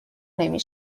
نمی